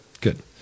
Good